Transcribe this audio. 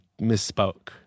misspoke